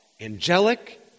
angelic